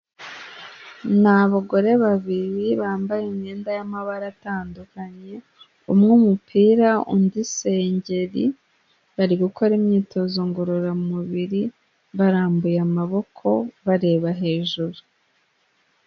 Ni abagore babiri bambaye imyenda y'amabara atandukanye, umwe umupira undi isengeri, bari gukora imyitozo ngororamubiri barambuye amaboko bareba hejuru.